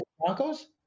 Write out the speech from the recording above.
Broncos